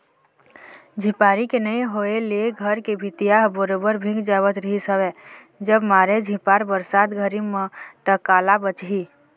झिपारी के नइ होय ले घर के भीतिया ह बरोबर भींग जावत रिहिस हवय जब मारय झिपार बरसात घरी म ता काला बचही